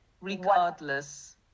regardless